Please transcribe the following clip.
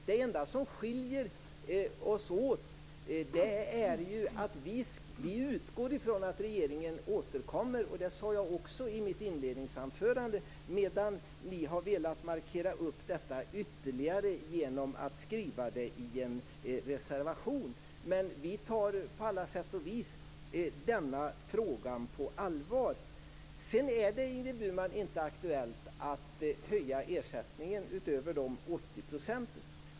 Det enda som skiljer oss åt är ju att vi utgår från att regeringen återkommer - det sade jag också i mitt inledningsanförande - medan ni däremot har velat markera detta ytterligare genom att skriva det i en reservation. Vi tar på alla sätt och vis denna fråga på allvar. Det är inte aktuellt att höja ersättningen utöver 80 %.